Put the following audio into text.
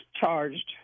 charged